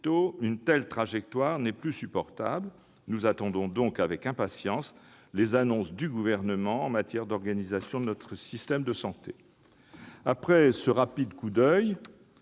une telle trajectoire n'est plus supportable. Nous attendons donc avec impatience les annonces du Gouvernement en matière d'organisation de notre système de santé. Après ce rapide coup d'oeil